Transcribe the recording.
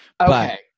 okay